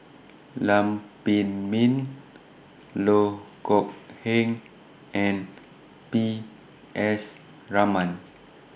Lam Pin Min Loh Kok Heng and P S Raman